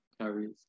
carries